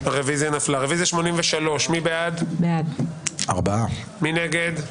הצבעה בעד, 3 נגד,